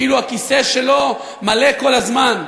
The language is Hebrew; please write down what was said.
כאילו הכיסא שלו מלא כל הזמן.